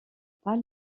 pas